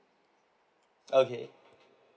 okay